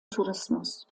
tourismus